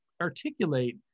articulate